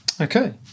okay